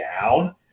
down